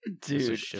Dude